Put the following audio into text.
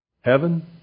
Heaven